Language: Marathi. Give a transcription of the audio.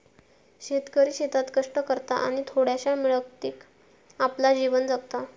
शेतकरी शेतात कष्ट करता आणि थोड्याशा मिळकतीत आपला जीवन जगता